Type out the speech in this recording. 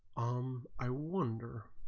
um i wonder